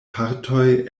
partoj